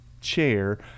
chair